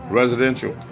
residential